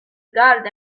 guard